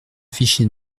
fichier